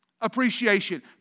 appreciation